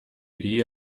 wie